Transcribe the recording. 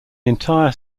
entire